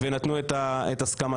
ונתנו את הסכמתם.